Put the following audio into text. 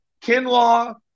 Kinlaw